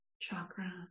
chakra